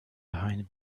behind